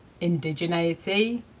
indigeneity